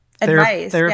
advice